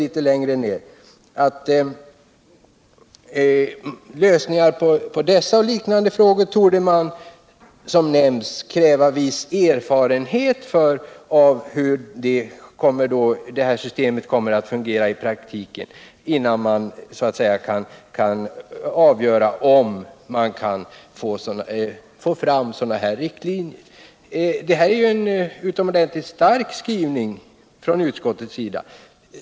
——-— Lösningen på dessa och liknande frågor torde som nämnts kräva viss erfarenhet av hur systemet fungerar i praktiken” — alltså innan man kan avgöra om det går att få fram sådana här riktlinjer. Detta är ju en utomordentligt stark skrivning från utskottets sida.